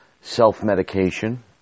self-medication